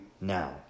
now